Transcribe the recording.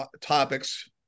topics